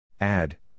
Add